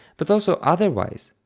but also otherwise.